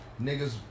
niggas